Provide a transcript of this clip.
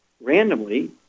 randomly